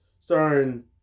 starring